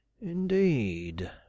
Indeed